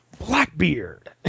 Blackbeard